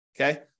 Okay